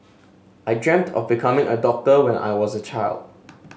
I dreamt of becoming a doctor when I was a child